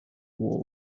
war